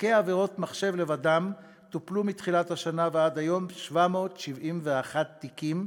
בתיקי עבירות מחשב לבדם טופלו מתחילת השנה ועד היום 771 תיקים,